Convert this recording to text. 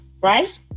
right